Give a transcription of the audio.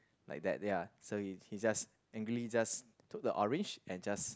like that ya so he he just angrily just took the orange and just